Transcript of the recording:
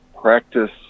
practice